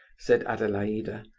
said adelaida.